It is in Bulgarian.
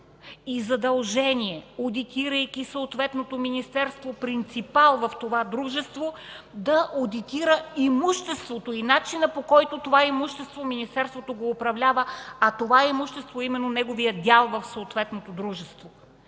и задължение, одитирайки съответното министерство принципал в това дружество, да одитира имуществото и начина, по който това имущество министерството го управлява, а имуществото е именно неговия дял в съответното дружество.